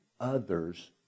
others